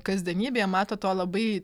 kasdienybėje mato to labai